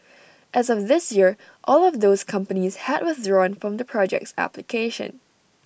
as of this year all of those companies had withdrawn from the project's application